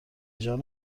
جان